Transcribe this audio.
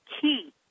key